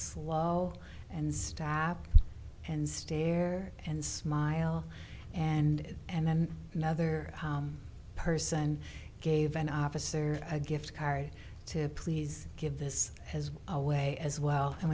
slow and stop and stare and smile and and then another person gave an officer a gift card to please give this as a way as well and